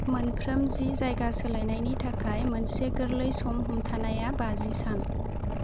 मोनफ्रोम जि जायगा सोलायनायनि थाखाय मोनसे गोरलै सम हमथानाया बाजि सान